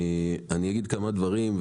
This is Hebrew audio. אני אגיד כמה דברים,